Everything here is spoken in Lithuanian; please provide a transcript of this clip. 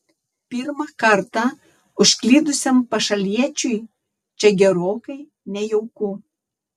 pirmą kartą užklydusiam pašaliečiui čia gerokai nejauku